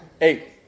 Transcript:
Eight